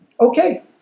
Okay